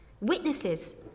Witnesses